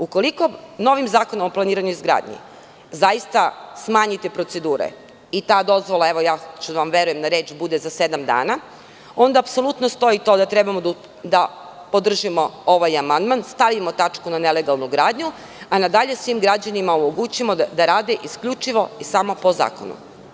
Ukoliko novim zakonom o planiranju i izgradnji zaista smanjite procedure, ta dozvola, verovaću vam na reč, bude za sedam dana, onda apsolutno stoji to da treba da podržimo ovaj amandman, stavimo tačku na nelegalnu gradnju, a na dalje da svim građanima omogućimo da rade isključivo i samo po zakonu.